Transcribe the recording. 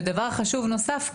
ודבר חשוב נוסף,